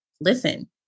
listen